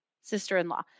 sister-in-law